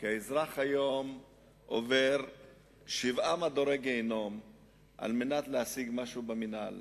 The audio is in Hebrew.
כי היום האזרח עובר שבעה מדורי גיהינום על מנת להשיג משהו במינהל,